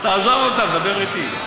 תעזוב אותם, דבר אתי.